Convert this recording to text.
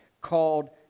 Called